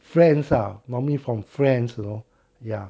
friends lah normally from friends loh ya